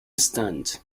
stands